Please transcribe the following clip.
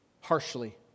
harshly